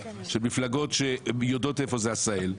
של מפלגות שיודעות איפה זה עשהאל.